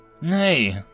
Nay